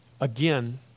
Again